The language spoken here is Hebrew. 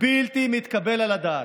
בלתי מתקבל על הדעת,